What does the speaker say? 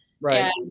Right